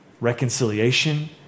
reconciliation